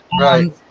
Right